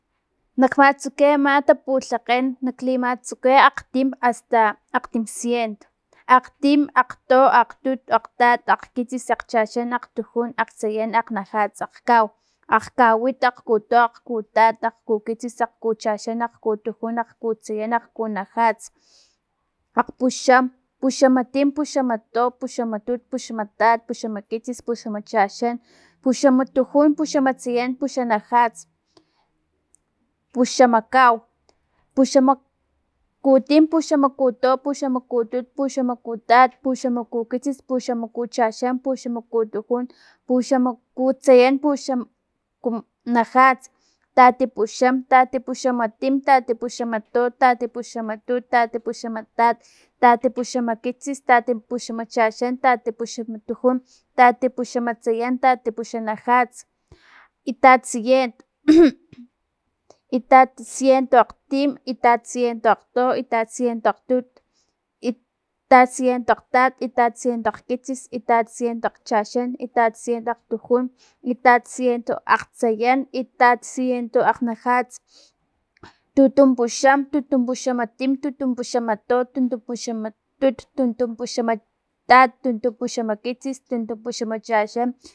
Nak matsuki ama taputlakgen naklimatsuki akgtim asta akgtimcient akgtim, akgto, akgtut, akgtat, akgkitsis, akgchaxan, akgtujun, akgtsayan, akgnajats, akgkau, akgkawit, akgkuto, akgkutat, akgkukitsis, akgkuchaxan, akgkutujun, akgkutsayan, akgkunajats, akgpuxan, puxamatium, puxamato, puxamatut, puxamatat, puxamakitsis, puxamachaxan, puxamatujun, puxamatsayan, puxanajats, puxamakau, puxamakitin, puxamakuto, puxamakutut, puxamkutat, puxamakukitsis, puxamakuchaxan, puxamakutujun, puxamakutsayan puxan- ku- najats, tatipuxam, tatipuxamatim, tatipuxamato, tatipuxamatut, tatipuxamatat, tatipuxamakitsis, tatipuxamachaxan, tatipuxamatujun, tatipuxamatsayan, tatipuxanajats, itatsient, itatsientoakgtim, itatsientoakgto, itatsientoakgtut, itatsientoakgtat, itatsientoakgkitsis, itatsientoakgchaxan, itatcientoakgtujun, itatsientoakgtsayan, itatsientoakgnajats, tutumpuxam, tutumpuxamatim, tutunpuxamato, tutumpuxamtut, tutumpuxamatat, tutumpuxamakitsis, tutumpuxamchaxan.